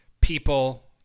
people